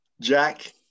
Jack